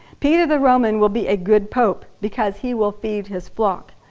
peter the roman will be a good pope because he will feed his flock.